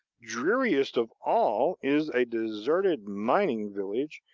dreariest of all is a deserted mining village,